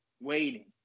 waiting